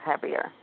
heavier